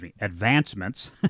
advancements